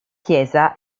chiesa